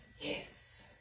Yes